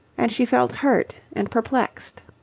and she felt hurt and perplexed.